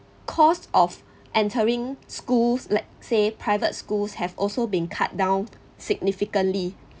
cost of entering schools let say private schools have also been cut down significantly